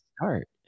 start